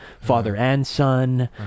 father-and-son